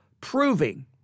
proving